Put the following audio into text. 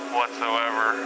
whatsoever